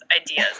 ideas